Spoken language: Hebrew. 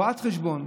רואת חשבון,